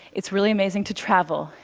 it's really amazing to travel,